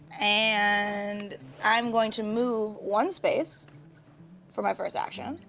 and i'm going to move one space for my first action,